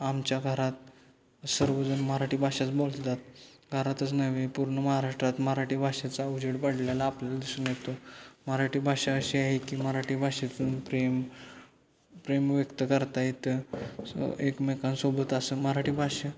आमच्या घरात सर्वजण मराठी भाषाच बोलतात घरातच नव्हे पूर्ण महाराष्ट्रात मराठी भाषेचा उजेड पडलेला आपल्याला दिसून येतो मराठी भाषा अशी आहे की मराठी भाषेतून प्रेम प्रेम व्यक्त करता येतं एकमेकांसोबत असं मराठी भाषा